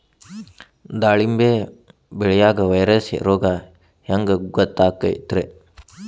ದಾಳಿಂಬಿ ಬೆಳಿಯಾಗ ವೈರಸ್ ರೋಗ ಹ್ಯಾಂಗ ಗೊತ್ತಾಕ್ಕತ್ರೇ?